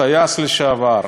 טייס לשעבר.